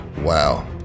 Wow